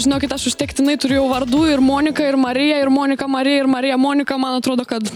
žinokit aš užtektinai turiu jau vardų ir monika ir marija ir monika marija ir marija monika man atrodo kad